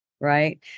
right